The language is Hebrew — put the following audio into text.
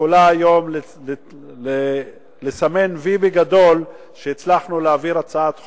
יכולה היום לסמן "וי" גדול על שהצלחנו להעביר הצעת חוק,